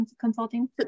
consulting